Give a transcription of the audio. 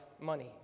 money